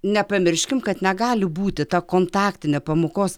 nepamirškim kad negali būti ta kontaktinė pamokos